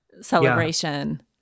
celebration